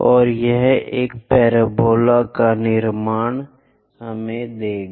तो 1 इस तरह से हम एक पैराबोला का निर्माण करते हैं